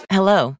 Hello